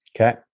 Okay